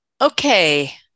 Okay